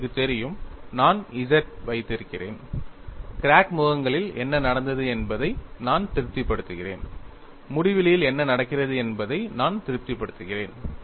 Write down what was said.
உங்களுக்குத் தெரியும் நான் Z வைத்திருக்கிறேன் கிராக் முகங்களில் என்ன நடந்தது என்பதை நான் திருப்திப்படுத்துகிறேன் முடிவிலியில் என்ன நடக்கிறது என்பதை நான் திருப்திப்படுத்துகிறேன்